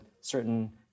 certain